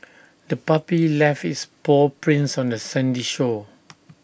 the puppy left its paw prints on the sandy shore